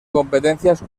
competencias